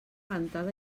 ventada